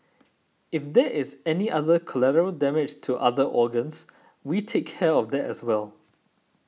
if there is any other collateral damage to other organs we take care of that as well